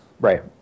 Right